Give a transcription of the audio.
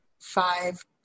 five